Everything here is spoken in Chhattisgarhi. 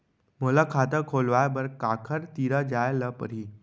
मोला खाता खोलवाय बर काखर तिरा जाय ल परही?